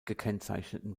gekennzeichneten